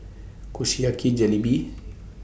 Kushiyaki Jalebi